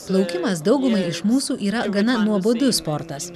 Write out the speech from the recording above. plaukimas daugumai iš mūsų yra gana nuobodus sportas